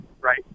right